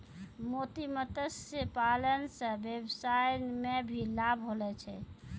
मोती मत्स्य पालन से वेवसाय मे भी लाभ होलो छै